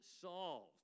solved